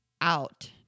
out